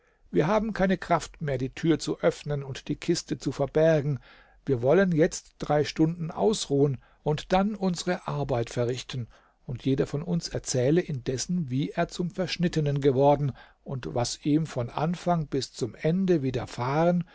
wir haben keine kraft mehr die tür zu öffnen und die kiste zu verbergen wir wollen jetzt drei stunden ausruhen und dann unsere arbeit verrichten und jeder von uns erzähle indessen wie er zum verschnittenen geworden und was ihm von anfang bis zum ende